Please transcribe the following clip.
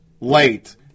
late